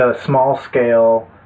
small-scale